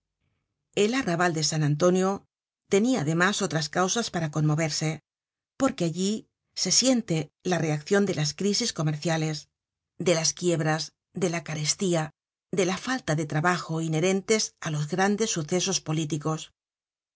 el arrabal de san antonio tenia además otras causas para conmoverse porque allí se siente la reaccion de las crísis comerciales de las content from google book search generated at quiebras de la carestía de la falta de trabajo inherentes á los grandes sucesos políticos